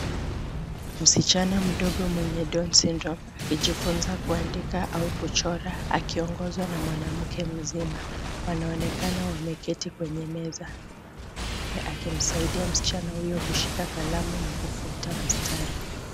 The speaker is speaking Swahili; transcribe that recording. Msichana mdogo mwenye Down Syndrome akijifunza kuandika au kuchora akiongozwa na mwanamke mzima wanaonekana wameketi kwenye meza na mwanamke akimsaidia msichana huyo kushika kalamu na kufuata mstari.